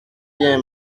bien